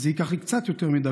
אז ייקח לי קצת יותר מדקה.